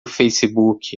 facebook